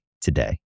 today